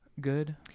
good